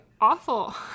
awful